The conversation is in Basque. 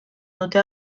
dute